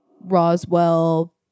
Roswell